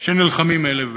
שנלחמים אלה באלה.